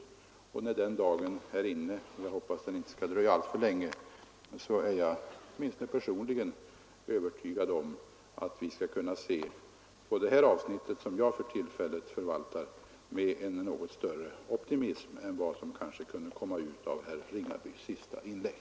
När den dagen är inne att detta material föreligger — och jag hoppas det inte skall dröja alltför länge — är jag åtminstone personligen övertygad om att vi skall kunna se på detta avsnitt, som jag för tillfället förvaltar, med en något större optimism än som kom fram i herr Ringabys senaste inlägg.